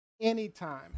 anytime